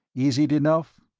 is it enough?